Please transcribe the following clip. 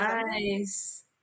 nice